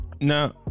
Now